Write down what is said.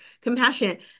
compassionate